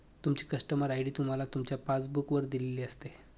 तुमची customer ID तुम्हाला तुमच्या पासबुक वर दिलेली असते